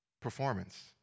performance